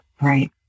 Right